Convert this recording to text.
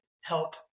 help